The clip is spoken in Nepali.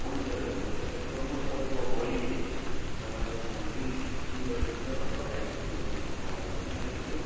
हुन्छ दाजु हुन्छ त्यसो भए म तपाईँको भोलि तपाईँको त्यहाँ दुई तिन बजीतिर लगभग आइपुग्छु म तपाईँलाई कल गर्छु नि त है त दाजु